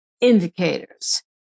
indicators